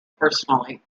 personally